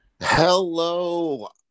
Hello